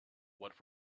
what